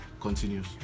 continues